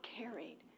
carried